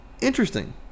Interesting